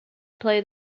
play